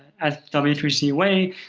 at w three c wai,